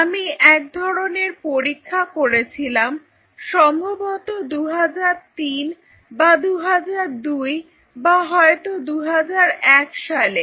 আমি এক ধরনের পরীক্ষা করেছিলাম সম্ভবত 2003 বা 2002 বা হয়ত 2001 সালে